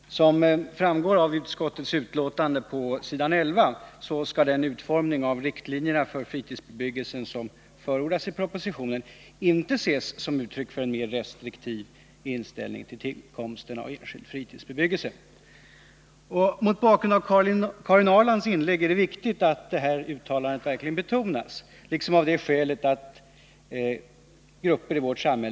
Fru talman! Som framgår av utskottets betänkande på s. 11 skall den utformning av riktlinjerna för fritidshusbebyggelse som förordas i propositionen inte ses som ett uttryck för en mera restriktiv inställning till tillkomsten av enskild fritidsbebyggelse. Mot bakgrund av Karin Ahrlands inlägg är det viktigt att det här uttalandet verkligen betonas.